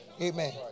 Amen